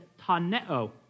taneo